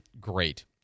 great